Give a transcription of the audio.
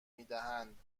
میدهند